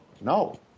No